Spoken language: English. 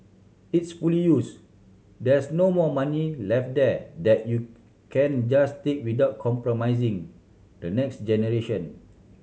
it's fully used there's no more money left there that you can just take without compromising the next generation